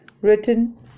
written